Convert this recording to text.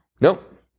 Nope